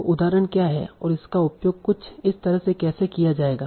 तो उदाहरण क्या हैं और इसका उपयोग कुछ इस तरह से कैसे किया जाएगा